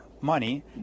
money